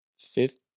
fifth